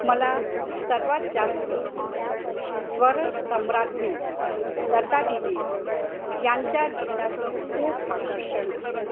मला सर्वात जास्त स्वरसम्राज्ञी लतादिदी यांच्या गीताचं खूप आकर्षण आहे